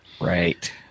Right